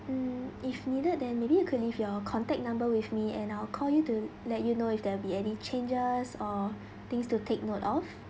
mm if needed then maybe you could leave your contact number with me and I'll call you to let you know if there be any changes or things to take note of